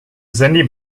sandy